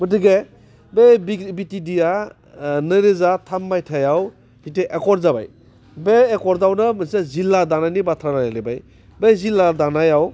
गथिखे बे बिटिडिआ नैरोजा थाम मायथाइयाव एकर्ट जाबाय बे एकर्टआवनो मोनसे जिल्ला दानायनि बाथ्रा रायलायबाय बे जिल्ला दानायाव